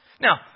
Now